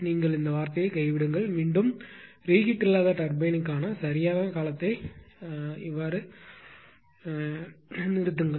நீங்கள் இந்த வார்த்தையை கைவிடுங்கள் மீண்டும் ரீகீட் இல்லாத டர்பின் க்கான சரியான காலத்தை நிறுத்துங்கள்